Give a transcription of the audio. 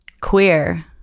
queer